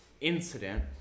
incident